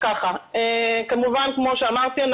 כמו שאמרתי,